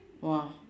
!wah!